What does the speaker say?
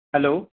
hello